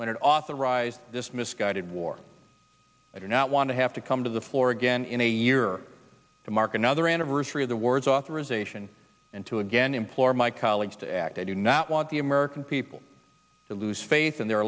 when it authorized this misguided war i do not want to have to come to the floor again in a year to mark another anniversary of the word's authorization and to again implore my colleagues to act i do not want the american people to lose faith in the